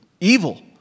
evil